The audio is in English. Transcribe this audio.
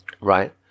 right